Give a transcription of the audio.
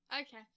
Okay